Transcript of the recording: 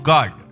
God